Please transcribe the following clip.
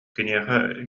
киниэхэ